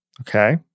Okay